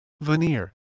veneer